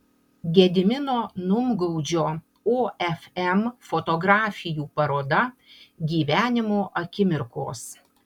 gedimino numgaudžio ofm fotografijų paroda gyvenimo akimirkos